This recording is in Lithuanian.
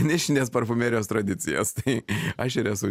nišinės parfumerijos tradicijas tai aš ir esu